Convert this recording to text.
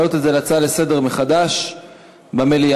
להעלות את זה מחדש כהצעה לסדר-היום במליאה,